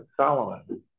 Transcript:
Solomon